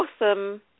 awesome